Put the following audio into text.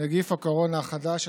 נגיף הקורונה החדש),